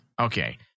Okay